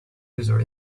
user